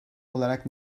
olarak